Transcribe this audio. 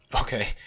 Okay